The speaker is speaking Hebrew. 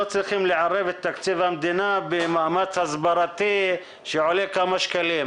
לערב את תקציב המדינה במאמץ הסברתי שעולה כמה שקלים,